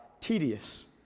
tedious